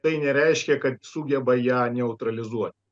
tai nereiškia kad sugeba ją neutralizuot